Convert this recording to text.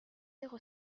zéro